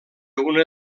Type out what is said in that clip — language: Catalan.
una